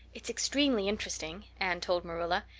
it's extremely interesting, anne told marilla.